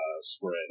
spread